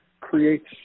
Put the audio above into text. creates